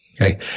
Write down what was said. Okay